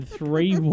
three